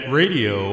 radio